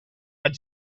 had